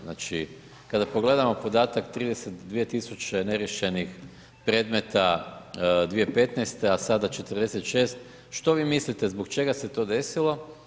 Znači, kada pogledamo podataka 32 000 neriješenih predmeta 2015., a sada 46, što vi mislite, zbog čega se to desilo?